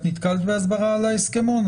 את נתקלת בהסברה על ההסכמון?